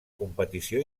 competició